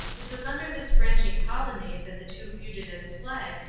it was under this branching colonnade that the two fugitives fled,